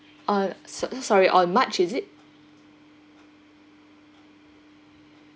uh so sorry on march is it